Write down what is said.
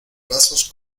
brazos